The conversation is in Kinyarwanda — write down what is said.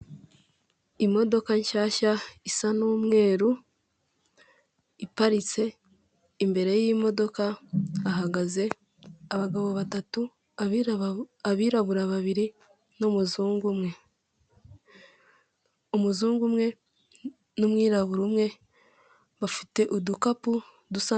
Imodoka nshyashya isa n'umweru iparitse, imbere y'imodoka hahagaze abagabo batatu, abirabura babiri n'umuzungu umwe, umuzungu umwe n'umwirabura umwe bafite udukapu dusa.